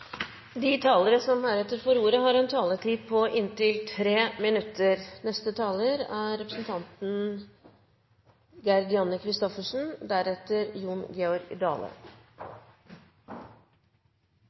De talere som heretter får ordet, har en taletid på inntil 3 minutter. Krisen i Europa er